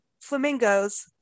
flamingos